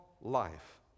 life